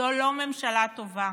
זו לא ממשלה טובה,